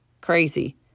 crazy